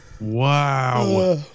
Wow